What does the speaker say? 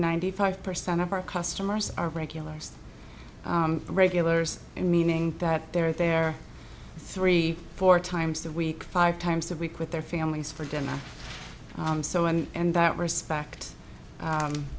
ninety five percent of our customers are regulars regulars meaning that they are there three four times a week five times a week with their families for dinner and so on and that respect